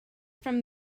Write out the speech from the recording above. from